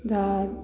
दा